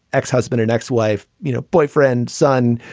ex-husband and ex wife, you know, boyfriend, son,